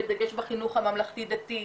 בדגש בחינוך הממלכתי דתי.